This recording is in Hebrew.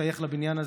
להשתייך לבניין הזה.